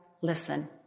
listen